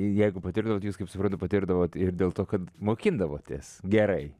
jeigu patirdavot jūs kaip suprantu patirdavot ir dėl to kad mokindavotės gerai